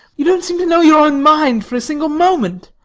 you don't seem to know your own mind for a single moment.